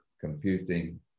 computing